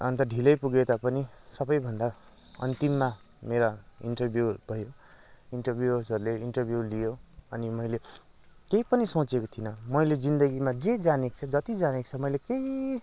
अन्त ढिलै पुगेतापनि सबैभन्दा अन्तिममा मेरो इन्टरभ्यू भयो इन्टरभिवर्सले इन्टरभ्यू लियो अनि मैले के पनि सोचेको थिइनँ मैले जिन्दगीमा जे जानेको छ जति जानेको छ मैले केही